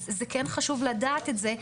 אז חשוב לדעת על זה.